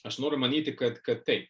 aš noriu manyti kad kad taip